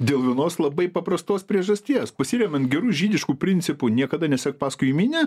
dėl vienos labai paprastos priežasties pasiremiant geru žydiškų principu niekada nesek paskui minią